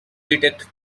detect